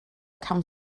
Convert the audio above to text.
cawn